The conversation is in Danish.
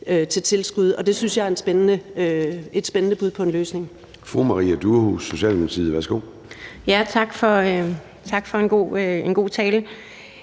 til tilskud, og det synes jeg er et spændende bud på en løsning.